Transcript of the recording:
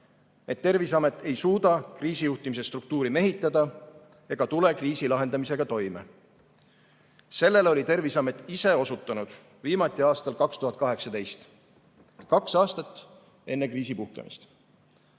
et Terviseamet ei suuda kriisijuhtimise struktuuri mehitada ega tule kriisi lahendamisega toime. Sellele oli Terviseamet ise osutanud – viimati aastal 2018, kaks aastat enne kriisi puhkemist